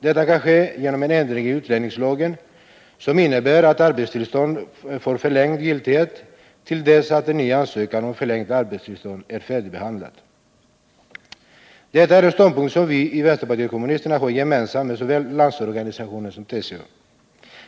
Detta kan ske genom en ändring i utlänningslagen som innebär att arbetstillstånd får förlängd giltighet till dess att ny ansökan om förlängt arbetstillstånd är färdigbehandlad. Detta är en ståndpunkt som vi i vänsterpartiet kommunisterna har gemensam med såväl LO som TCO.